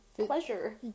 pleasure